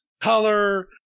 color